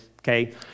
okay